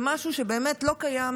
זה משהו שבאמת לא קיים